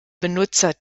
benutzer